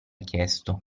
chiesto